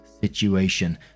situation